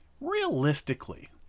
Realistically